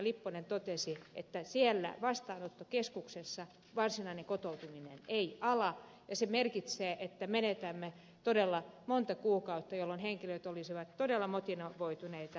lipponen totesi että siellä vastaanottokeskuksessa varsinainen kotoutuminen ei ala ja se merkitsee että menetämme todella monta kuukautta jolloin henkilöt olisivat todella motivoituneita